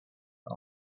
the